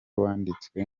wanditswe